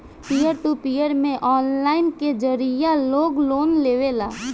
पियर to peer में online के जरिए लोग लोन लेवेला